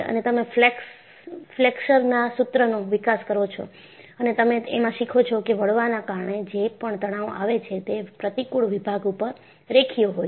અને તમે ફ્લેક્સરના સૂત્રનો વિકાસ કરો છો અને તમે એમાં શીખો છો કે વળવાના કારણે જે પણ તણાવ આવે છે તે પ્રતિકુળ વિભાગ ઉપર રેખીય હોય છે